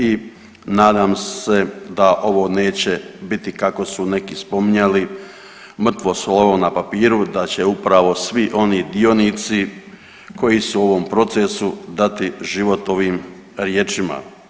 I nadam se da ovo neće biti kako su neki spominjali mrtvo slovo na papiru, da će upravo svi oni dionici koji su u ovom procesu dati život ovim riječima.